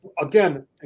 Again